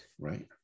right